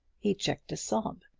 he checked a sob.